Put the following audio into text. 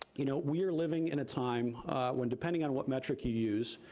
you know, we are living in a time when, depending on what metric you use,